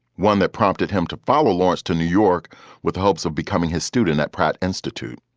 one that prompted him to follow lawrence to new york with hopes of becoming his student at pratt institute.